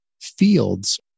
fields